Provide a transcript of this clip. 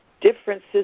differences